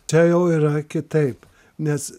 čia jau yra kitaip nes